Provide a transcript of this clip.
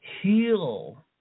heal